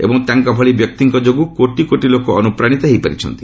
ଏବଂ ତାଙ୍କ ଭଳି ବ୍ୟକ୍ତିଙ୍କ ଯୋଗୁଁ କୋଟି କୋଟି ଲୋକ ଅନୁପ୍ରାଣିତ ହୋଇପାରିଛନ୍ତି